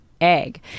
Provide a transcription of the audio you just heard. egg